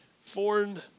foreign